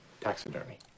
taxidermy